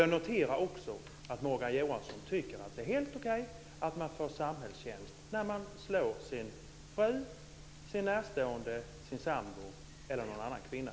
Jag noterar vidare att Morgan Johansson tycker att det är helt okej att man får samhällstjänst när man slår sin fru, sin närstående, sin sambo eller någon annan kvinna.